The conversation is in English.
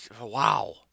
Wow